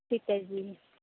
ਠੀਕ ਹੈ ਜੀ